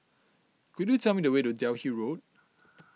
could you tell me the way to Delhi Road